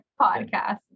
podcast